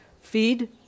feed